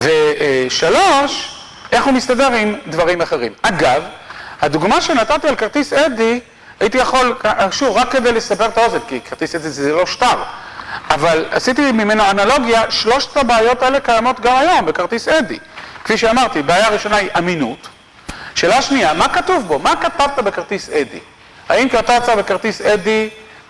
ושלוש, איך הוא מסתדר עם דברים אחרים. אגב, הדוגמה שנתתי על כרטיס אדי, הייתי יכול, שוב רק כדי לסבר את האוזן, כי כרטיס אדי זה לא שטר. אבל עשיתי ממנו אנלוגיה שלושת הבעיות האלה קיימות גם היום בכרטיס אדי. כפי שאמרתי הבעיה הראשונה היא אמינות. שאלה שנייה מה כתוב בו? מה כתבת בכרטיס אדי? האם כתבת בכרטיס אדי